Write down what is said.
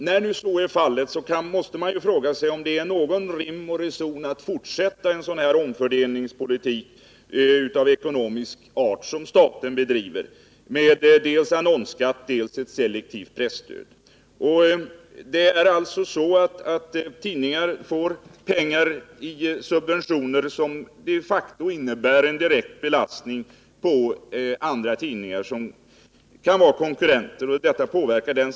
När nu så är fallet måste man fråga sig om det är rim och reson i att fortsätta en sådan politik för ekonomisk omfördelning som staten bedriver med dels annonsskatt, dels ett selektivt presstöd. Detta stöd innebär att vissa tidningar får subventioner, som de facto påverkar situationen för konkurrerande tidningar och för dessa kan innebära en direkt belastning.